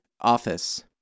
office